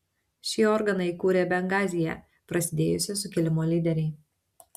šį organą įkūrė bengazyje prasidėjusio sukilimo lyderiai